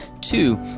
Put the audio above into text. Two